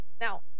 Now